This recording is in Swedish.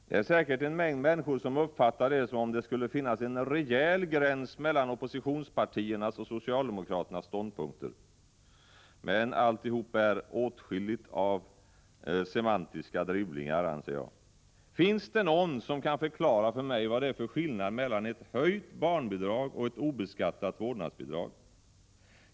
Det är säkert en mängd människor som uppfattar detta som att det skulle finnas en rejäl gräns mellan oppositionspartiernas och socialdemokraternas ståndpunkter. Men, alltihop är åtskilligt av semantiska dribblingar, anser jag. Finns det någon som kan förklara för mig vad det är för skillnad mellan ett höjt barnbidrag och ett obeskattat vårdnadsbidrag?